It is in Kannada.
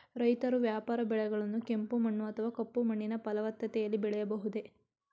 ರೈತರು ವ್ಯಾಪಾರ ಬೆಳೆಗಳನ್ನು ಕೆಂಪು ಮಣ್ಣು ಅಥವಾ ಕಪ್ಪು ಮಣ್ಣಿನ ಫಲವತ್ತತೆಯಲ್ಲಿ ಬೆಳೆಯಬಹುದೇ?